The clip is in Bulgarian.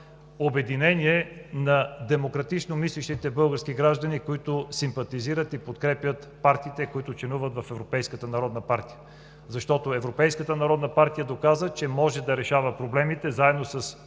обединение на демократично мислещите български граждани, които симпатизират и подкрепят партиите, членуващи в Европейската народна партия. Защото Европейската народна партия доказа, че може да решава проблемите заедно с